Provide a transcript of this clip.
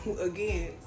again